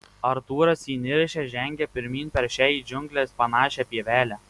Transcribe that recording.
artūras įniršęs žengia pirmyn per šią į džiungles panašią pievelę